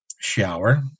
shower